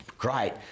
Great